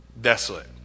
desolate